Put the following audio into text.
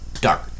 dark